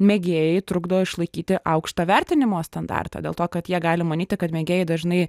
mėgėjai trukdo išlaikyti aukštą vertinimo standartą dėl to kad jie gali manyti kad mėgėjai dažnai